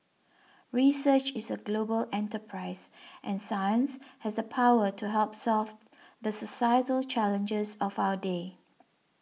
research is a global enterprise and science has the power to help solve the societal challenges of our day